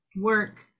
Work